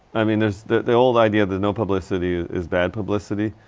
i mean there's, the, the old idea that no publicity ah is bad publicity,